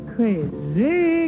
Crazy